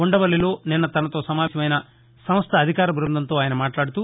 ఉండవల్లిలో నిన్న తనతో సమావెశమైన సంస్ల అధికార బృందంతో ఆయన మాట్లాడుతూ